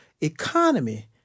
economy